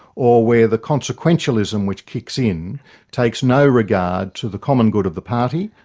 or where the consequentialism which kicks in takes no regard to the common good of the party,